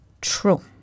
true